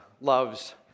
loves